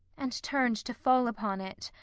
and turned to fall upon it,